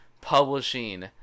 publishing